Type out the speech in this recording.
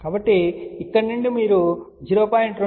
కాబట్టి ఇక్కడ నుండి మీరు 0